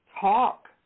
talk